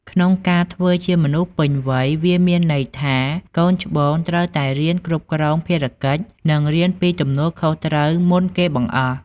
ក្នុងការធ្វើជាមនុស្សពេញវ័យ វាមានន័យថាកូនច្បងត្រូវរៀនគ្រប់គ្រងភារកិច្ច និងរៀនពីទំនួលខុសត្រូវមុនគេបង្អស់។